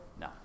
No